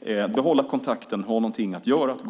De ska behålla kontakten och ha någonting att göra, någonstans